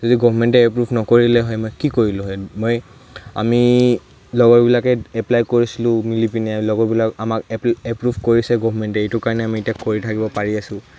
যদি গভমেণ্টে এপ্ৰুভ নকৰিলে হয় মই কি কৰিলোঁ হয় মই আমি লগৰবিলাকে এপ্লাই কৰিছিলোঁ মিলি পিনে লগৰবিলাক আমাক এপ্ৰুভ কৰিছে গভমেণ্টে এইটো কাৰণে আমি এতিয়া কৰি থাকিব পাৰি আছো